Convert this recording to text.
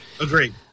agreed